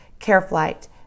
CareFlight